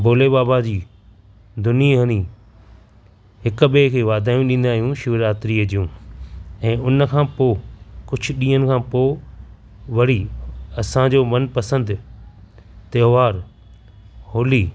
भोले बाबा जी धुनी हड़ी हिक ॿिए खे वाधायूं ॾींदा आहियूं शिवरात्रीअ जूं ऐं उन खां पोइ कुझु ॾींहनि खां पोइ वरी असांजो मनपसंदि त्योहार होली